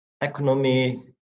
Economy